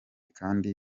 kandi